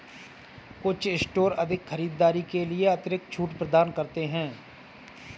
कुछ स्टोर अधिक खरीदारी के लिए अतिरिक्त छूट प्रदान करते हैं